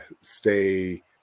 stay